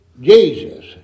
Jesus